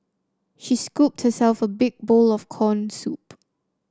she scooped herself a big bowl of corn soup